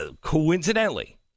Coincidentally